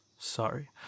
sorry